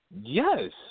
Yes